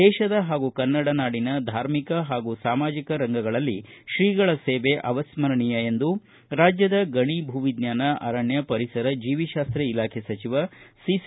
ದೇಶದ ಹಾಗೂ ಕನ್ನಡ ನಾಡಿನ ಧಾರ್ಮಿಕ ಹಾಗೂ ಸಾಮಾಜಿಕ ರಂಗಗಳಲ್ಲಿ ತ್ರೀಗಳ ಸೇವೆ ಅವಿಸ್ಟರಣೀಯ ಎಂದು ರಾಜ್ಯದ ಗಣಿ ಭೂವಿಜ್ವಾನ ಅರಣ್ಯ ಪರಿಸರ ಜೀವಿಶಾಸ್ತ ಇಲಾಖೆ ಸಚಿವ ಸಿಸಿ